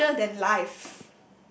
larger than life